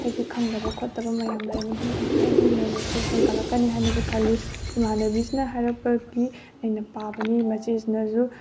ꯍꯥꯏꯗꯤ ꯈꯪꯗꯕ ꯈꯣꯠꯇꯕ ꯃꯌꯥꯝ ꯂꯩꯔꯝꯕꯗꯨꯁꯨ ꯑꯗꯨꯝ ꯍꯥꯏꯗꯤ ꯅꯣꯂꯦꯖꯁꯦ ꯍꯦꯟꯒꯠꯂꯛꯀꯅꯤ ꯍꯥꯏꯅꯁꯨ ꯈꯜꯂꯤ ꯏꯃꯥꯟꯅꯕꯤꯁꯤꯅ ꯍꯥꯏꯔꯛꯄꯒꯤ ꯑꯩꯅ ꯄꯥꯕꯅꯤ ꯃꯆꯦꯁꯤꯅꯁꯨ